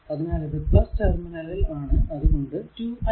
അതിനാൽ ഇത് ടെർമിനലിൽ ആണ് അത് കൊണ്ട് 2 i